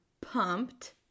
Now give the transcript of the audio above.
pumped